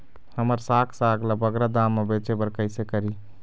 हमर साग साग ला बगरा दाम मा बेचे बर कइसे करी?